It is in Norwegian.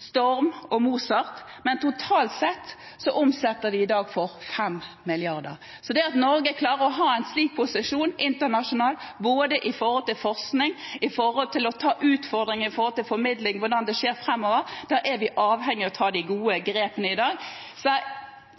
Storm og Mosart. Totalt sett omsetter de i dag for 5 mrd. kr. For at Norge skal klare å ha en slik posisjon internasjonalt innen både forskning og det å ta utfordringer når det gjelder hvordan formidling skal skje framover, er vi avhengig av å ta de gode grepene i dag.